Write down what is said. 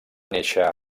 néixer